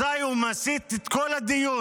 אזי הוא מסיט את כל הדיון.